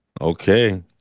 Okay